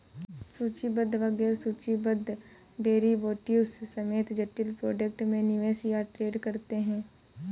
सूचीबद्ध व गैर सूचीबद्ध डेरिवेटिव्स समेत जटिल प्रोडक्ट में निवेश या ट्रेड करते हैं